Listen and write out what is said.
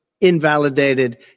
invalidated